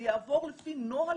לא, זה יעבוד לפי נוהל